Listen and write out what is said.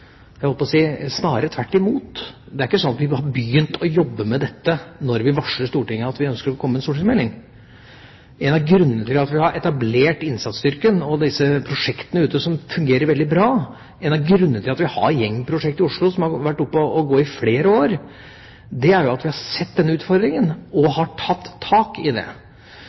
Jeg holdt på å si: snarere tvert imot. Det er ikke sånn at vi har begynt å jobbe med dette når vi varsler Stortinget om at vi ønsker å komme med en stortingsmelding. En av grunnene til at vi har etablert innsatsstyrken og disse prosjektene ute, som fungerer veldig bra, en av grunnene til at vi har gjengprosjekter i Oslo som har vært oppe og gått i flere år, er jo at vi har sett denne utfordringen og tatt tak i den. Jeg mener det